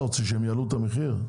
אתה רוצה שהם יעלו את המחיר?